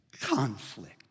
Conflict